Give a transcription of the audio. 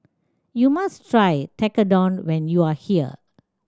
you must try Tekkadon when you are here